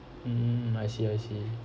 mm I see I see